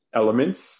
elements